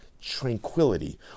tranquility